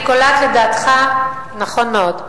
אני קולעת לדעתך, נכון מאוד.